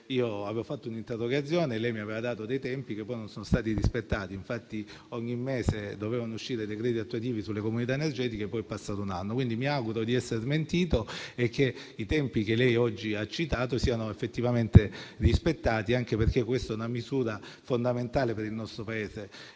io avevo presentato un'interrogazione e lei mi aveva dato dei tempi, che poi non sono stati rispettati. Infatti, ogni mese dovevano uscire i decreti attuativi sulle comunità energetiche e poi è passato un anno. Io mi auguro, dunque, di essere smentito e che i tempi che lei oggi ha citato siano effettivamente rispettati, anche perché si tratta di una misura fondamentale per il nostro Paese.